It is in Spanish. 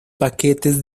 paquetes